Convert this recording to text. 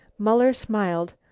muller smiled.